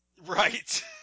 Right